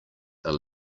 are